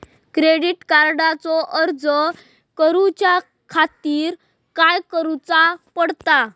Credit कार्डचो अर्ज करुच्या खातीर काय करूचा पडता?